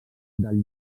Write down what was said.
del